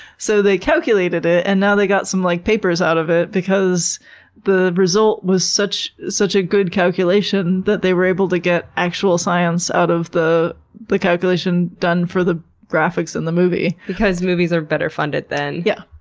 so they calculated it and now they got some like papers out of it because the result was such such a good calculation that they were able to get actual science out of the of the calculation done for the graphics in the movie. because movies are better funded than, physics. yeah,